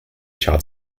chart